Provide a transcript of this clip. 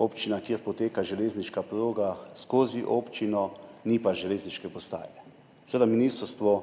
občina, kjer poteka železniška proga skozi občino, ni pa železniške postaje. Seveda ministrstvo